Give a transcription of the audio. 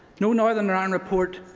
no northern ireland report,